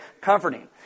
comforting